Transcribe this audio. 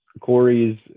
Corey's